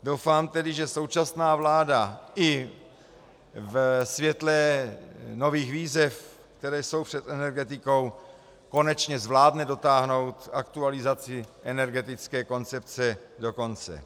Doufám tedy, že současná vláda i ve světle nových výzev, které jsou před energetikou, konečně zvládne dotáhnout aktualizaci energetické koncepce do konce.